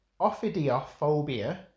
Ophidiophobia